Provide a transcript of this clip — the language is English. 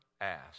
asked